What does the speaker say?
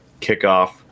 kickoff